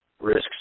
Risks